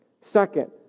Second